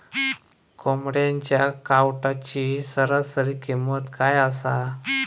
कोंबड्यांच्या कावटाची सरासरी किंमत काय असा?